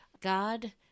God